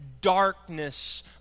darkness